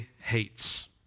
hates